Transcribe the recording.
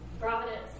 Providence